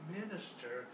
minister